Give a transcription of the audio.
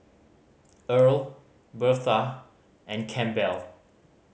Earl Birtha and Campbell